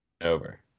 over